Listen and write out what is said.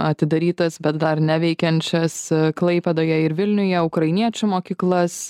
atidarytas bet dar neveikiančias klaipėdoje ir vilniuje ukrainiečių mokyklas